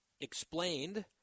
explained